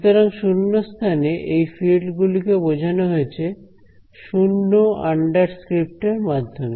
সুতরাং শূন্যস্থানে এই ফিল্ড গুলিকে বোঝানো হয়েছে 0 আন্ডার স্ক্রিপ্ট এর মাধ্যমে